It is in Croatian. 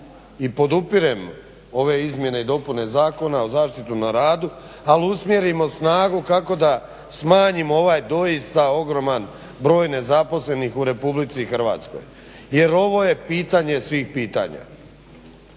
i podupirem ove izmjene i dopune Zakona o zaštiti na radu ali usmjerimo snagu kako da smanjimo ovaj doista ogroman broj nezaposlenih u Republici Hrvatskoj jer ovo je pitanje svih pitanja.